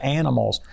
animals